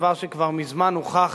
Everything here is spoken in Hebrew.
דבר שכבר מזמן הוכח